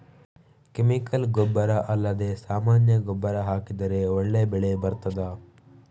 Chemical ಗೊಬ್ಬರ ಅಲ್ಲದೆ ಸಾಮಾನ್ಯ ಗೊಬ್ಬರ ಹಾಕಿದರೆ ಒಳ್ಳೆ ಬೆಳೆ ಬರ್ತದಾ?